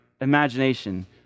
imagination